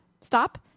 stop